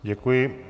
Děkuji.